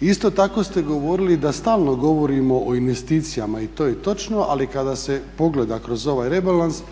Isto tako ste govorili da stalno govorimo o investicijama i to je točno, ali kada se pogleda kroz ovaj rebalans